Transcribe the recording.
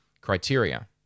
criteria